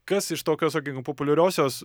kas iš tokios sakykim populiariosios